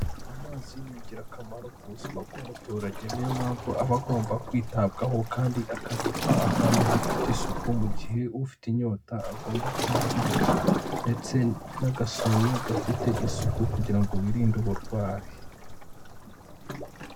Amazi ni ingirakamaro ku buzima bw'umuturage, niyo mpamvu aba agomba kwitabwaho kandi akabikwa ahantu hafite isuku mu gihe ufite inyota agomba kuyakoresha ndetse n'agasume gafite isuku kugira ngo wirinde uburwayi.